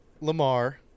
Lamar